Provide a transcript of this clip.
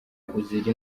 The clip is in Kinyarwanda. uzira